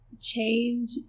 change